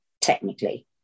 Technically